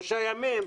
שלושה ימים,